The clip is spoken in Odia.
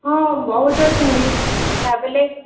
ହଁ ବହୁତ ଅଛନ୍ତି ଯାହାବି ହେଲେ